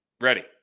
Ready